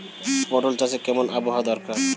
পটল চাষে কেমন আবহাওয়া দরকার?